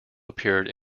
appeared